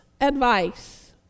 advice